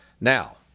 Now